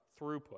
throughput